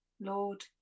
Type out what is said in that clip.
Lord